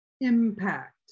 impact